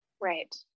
Right